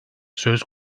söz